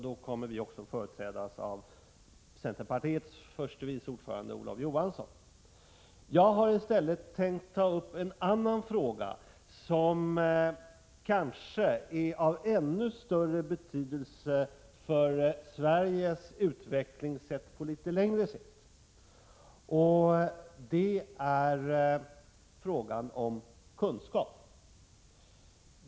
Då kommer vi att företrädas av centerpartiets förste vice ordförande Olof Johansson. Jag har i stället tänkt ta upp en annan fråga, som kanske är av ännu större betydelse för Sveriges utveckling på litet längre sikt, nämligen frågan om kunskap.